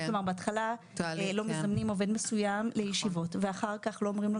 כלומר בהתחלה לא מזמנים עובד מסוים לישיבות ואחר כך לא אומרים לו